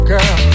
Girl